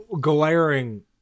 glaring